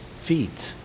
feet